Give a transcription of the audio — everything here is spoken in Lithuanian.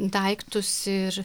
daiktus ir